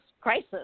crisis